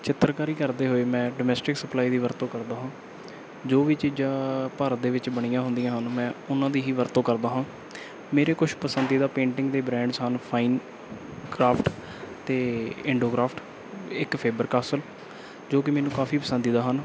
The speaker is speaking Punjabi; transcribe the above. ਚਿੱਤਰਕਾਰੀ ਕਰਦੇ ਹੋਏ ਮੈਂ ਡੋਮੈਸਟਿਕ ਸਪਲਾਈ ਦੀ ਵਰਤੋਂ ਕਰਦਾ ਹਾਂ ਜੋ ਵੀ ਚੀਜ਼ਾਂ ਭਾਰਤ ਦੇ ਵਿੱਚ ਬਣੀਆਂ ਹੁੰਦੀਆਂ ਹਨ ਮੈਂ ਉਹਨਾਂ ਦੀ ਹੀ ਵਰਤੋਂ ਕਰਦਾ ਹਾਂ ਮੇਰੇ ਕੁਛ ਪਸੰਦੀਦਾ ਪੇਂਟਿੰਗ ਦੇ ਬ੍ਰਾਂਡਸ ਹਨ ਫਾਈਨ ਕਰਾਫਟ ਅਤੇ ਇੰਡੋ ਕਰਾਫਟ ਇੱਕ ਫੇਵਰ ਕਾਸਲ ਜੋ ਕਿ ਮੈਨੂੰ ਕਾਫੀ ਪਸੰਦੀਦਾ ਹਨ